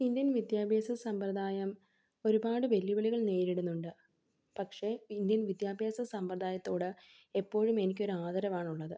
Indian വിദ്യാഭ്യാസ സമ്പ്രദായം ഒരുപാട് വെല്ലുവിളികൾ നേരിടുന്നുണ്ട് പക്ഷേ ഇന്ത്യൻ വിദ്യാഭ്യാസ സമ്പ്രദായത്തോട് എപ്പോഴും എനിക്കൊരു ആദരവാണ് ഉള്ളത്